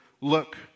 look